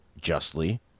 justly